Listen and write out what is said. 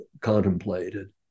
contemplated